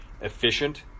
efficient